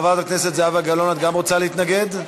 חברת הכנסת זהבה גלאון, את גם רוצה להתנגד?